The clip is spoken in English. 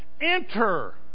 enter